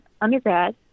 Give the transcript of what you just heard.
undergrad